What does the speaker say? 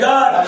God